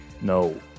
No